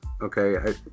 Okay